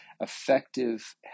effective